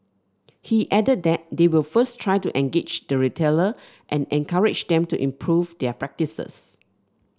he added that they will first try to engage the retailer and encourage them to improve their practices